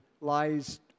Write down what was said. lies